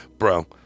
Bro